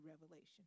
revelation